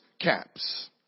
caps